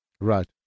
Right